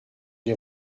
des